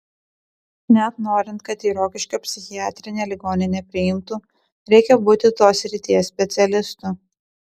net norint kad į rokiškio psichiatrinę ligoninę priimtų reikia būti tos srities specialistu